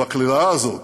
בקללה הזאת,